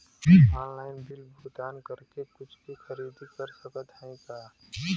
Online bill भुगतान करके कुछ भी खरीदारी कर सकत हई का?